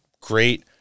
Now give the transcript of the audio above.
great